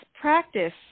practice